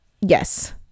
yes